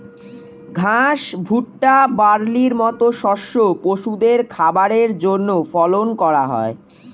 ঘাস, ভুট্টা, বার্লির মত শস্য পশুদের খাবারের জন্যে ফলন করা হয়